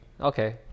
Okay